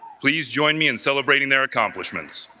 please join me in celebrating their accomplishments